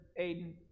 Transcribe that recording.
Aiden